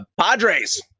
Padres